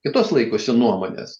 kitos laikosi nuomonės